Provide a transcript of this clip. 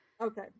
Okay